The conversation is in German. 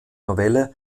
novelle